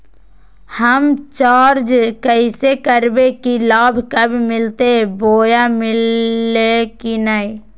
हम जांच कैसे करबे की लाभ कब मिलते बोया मिल्ले की न?